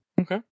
Okay